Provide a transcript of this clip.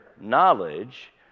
knowledge